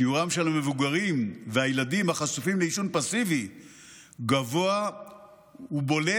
שיעורם של המבוגרים והילדים החשופים לעישון פסיבי גבוה ובולט